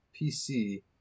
PC